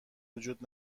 وجود